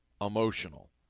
emotional